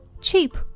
cheap